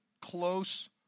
close